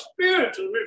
spiritual